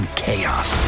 chaos